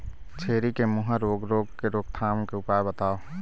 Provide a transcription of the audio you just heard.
छेरी के मुहा रोग रोग के रोकथाम के उपाय बताव?